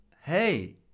hey